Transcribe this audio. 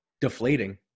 deflating